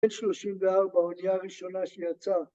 ‫בין 34, האנייה הראשונה שיצאה.